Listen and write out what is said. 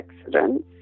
accidents